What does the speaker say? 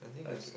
okay